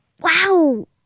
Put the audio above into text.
Wow